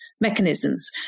mechanisms